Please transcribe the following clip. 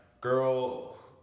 girl